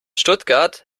stuttgart